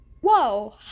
whoa